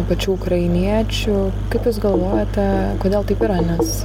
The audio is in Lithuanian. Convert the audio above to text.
pačių ukrainiečių kaip jūs galvojate kodėl taip yra nes